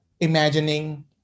imagining